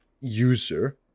user